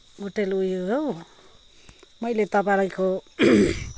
hotel उयो हो मैले तपाईँहरूको